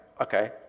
okay